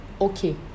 Okay